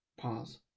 Pause